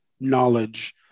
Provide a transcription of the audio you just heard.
knowledge